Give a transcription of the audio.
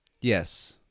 Yes